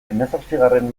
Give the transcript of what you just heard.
hemezortzigarren